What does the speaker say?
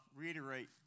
reiterate